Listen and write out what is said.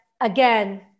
again